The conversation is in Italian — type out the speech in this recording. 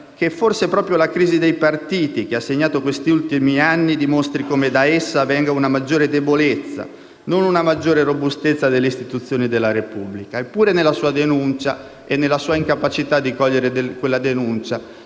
che, forse, proprio la crisi dei partiti, che ha segnato questi ultimi anni, dimostri come da essa venga una maggiore debolezza, non una maggiore robustezza delle istituzioni della Repubblica. Eppure, nella sua denuncia e incapacità di cogliere quella denuncia,